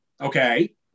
Okay